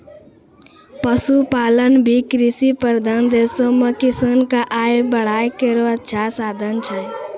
पशुपालन भी कृषि प्रधान देशो म किसान क आय बढ़ाय केरो अच्छा साधन छै